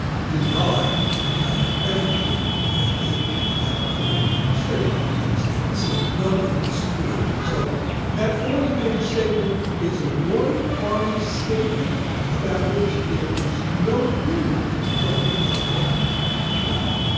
denied everything in that forty page statement. he made a statement saying none of it is true. so that forty page statement is a one party statement about which there is no agreement from the other party well,